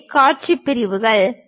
இவை பிரிவுக் காட்சிகள்